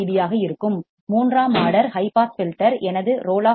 பியாக இருக்கும் மூன்றாம் order high pass filter எனது ரோல் ஆஃப் வீதம் 60 டி